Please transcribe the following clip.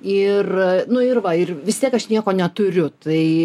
ir nu ir va ir vis tiek aš nieko neturiu tai